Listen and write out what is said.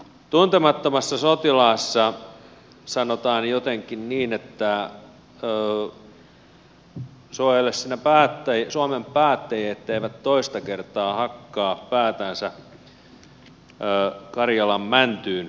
tuntemattomassa sotilaassa sanotaan jotenkin niin että suojele sinä suomen päättäjiä etteivät toista kertaa hakkaa päätänsä karjalan mäntyyn